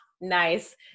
Nice